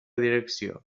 direcció